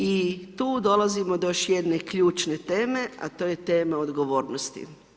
I tu dolazimo do još jedne ključne teme, a to je tema odgovornosti.